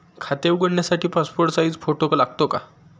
खाते उघडण्यासाठी passport size photo लागतो का?